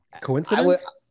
Coincidence